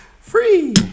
free